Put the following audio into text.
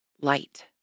light